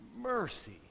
mercy